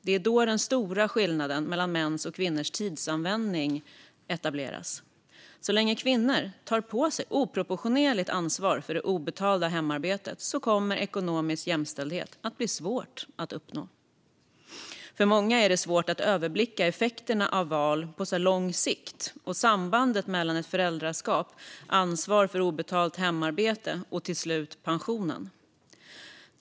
Det är då den stora skillnaden mellan mäns och kvinnors tidsanvändning etableras. Så länge kvinnor tar på sig ett oproportionerligt ansvar för det obetalda hemarbetet kommer ekonomisk jämställdhet att bli svår att uppnå. För många är det svårt att överblicka de långsiktiga effekterna av valen och sambanden mellan föräldraskapet, ansvaret för obetalt hemarbete och till slut pensionen.